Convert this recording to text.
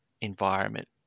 environment